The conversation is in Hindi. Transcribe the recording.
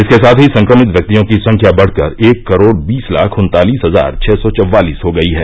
इसके साथ ही संक्रमित व्यक्तियों की संख्या बढकर एक करोड बीस लाख उन्तालीस हजार छः सौ चौवालीस हो गई है